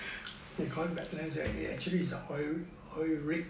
you call it actually it is a oil oil rig